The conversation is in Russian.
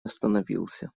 остановился